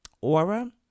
aura